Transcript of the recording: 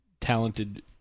talented